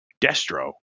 Destro